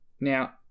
Now